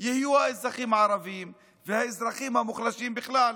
יהיה האזרחים הערבים והאזרחים המוחלשים בכלל.